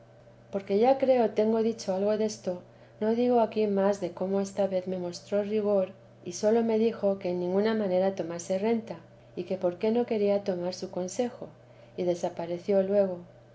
porque ya creo tengo dicho algo desto no digo aquí más de cómo esta vez me mostró rigor y sólo me dijo que en ninguna manera tomase renta y que por qué no quería tomar su consejo y desapareció luego